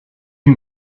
can